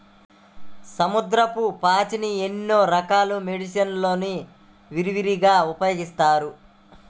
సముద్రపు పాచిని ఎన్నో రకాల మెడిసిన్ లలో విరివిగా ఉపయోగిస్తారు